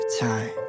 time